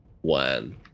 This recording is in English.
one